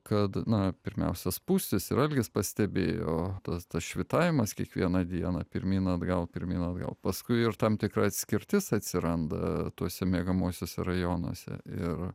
kad na pirmiausia spūstis ir algis pastebėjo tas tas švytavimas kiekvieną dieną pirmyn atgal pirmyn atgal paskui ir tam tikra atskirtis atsiranda tuose miegamuosiuose rajonuose ir